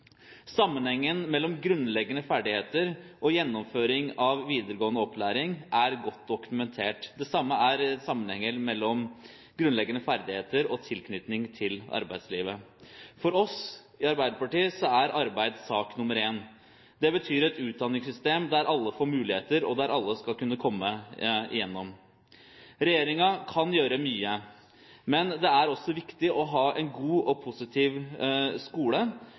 Sammenhengen mellom grunnleggende ferdigheter og gjennomføring av videregående opplæring er godt dokumentert. Det samme er sammenhengen mellom grunnleggende ferdigheter og tilknytning til arbeidslivet. For oss i Arbeiderpartiet er arbeid sak nummer én. Det betyr et utdanningssystem der alle får muligheter, og der alle skal kunne komme igjennom. Regjeringen kan gjøre mye, men det er også viktig å ha en god og positiv skole.